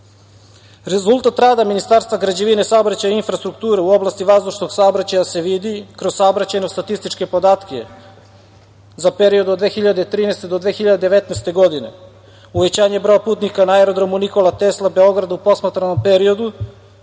Rezultat rada Ministarstva građevine, saobraćaja, infrastrukture u oblasti vazdušnog saobraćaja se vidi kroz saobraćajno statističke podatke za period od 2013. do 2019. godine. Uvećanje broja putnika na aerodromu "Nikola Tesla" Beograd u posmatranom periodu